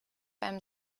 einem